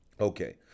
Okay